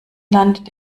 landet